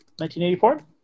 1984